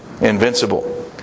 invincible